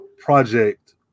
project